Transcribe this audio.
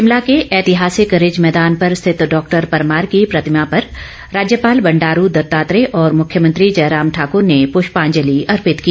शिमला के ऐतिहासिक रिज मैदान पर स्थित डॉक्टर परमार की प्रतिमा पर राज्यपाल बंडारू दत्तात्रेय और मुख्यमंत्री जयराम ठाकर ने प्रष्यांजलि अर्पित की